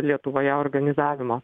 lietuvoje organizavimo